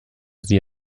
sie